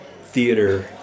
theater